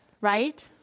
right